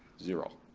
zero.